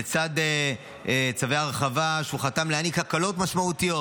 לצד צווי הרחבה שהוא חתם כדי להעניק הקלות משמעותיות.